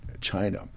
China